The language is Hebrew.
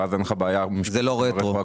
ואז אין לך בעיה משפטית רטרואקטיבית.